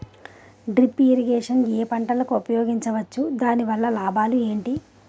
Drip irrigation ఏ పంటలకు ఉపయోగించవచ్చు? దాని వల్ల లాభాలు ఏంటి?